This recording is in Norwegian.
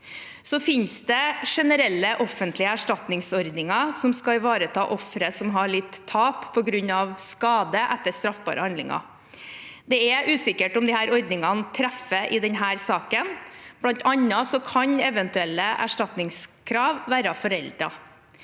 Det finnes generelle offentlige erstatningsordninger som skal ivareta ofre som har lidt tap på grunn av skade etter straffbare handlinger. Det er usikkert om disse ordningene treffer i denne saken. Blant annet kan eventuel le erstatningskrav være foreldet.